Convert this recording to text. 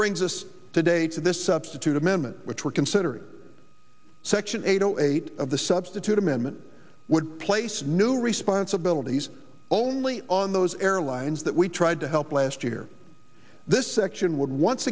brings us today to this substitute amendment which we're considered section eight zero eight of the substitute amendment would place new responsibilities only on those airlines that we tried to help last year this section would once